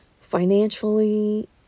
financially